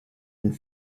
and